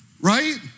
Right